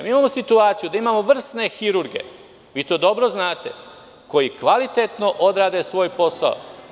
Imamo situaciju da imamo vrsne hirurge, to dobro znate, koji kvalitetno odrade svoj posao.